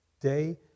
day